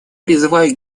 призываю